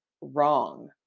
wrong